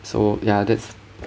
so ya that's